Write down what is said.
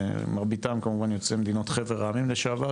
מרביתם כמובן יוצאי מדינות חבר העמים לשעבר,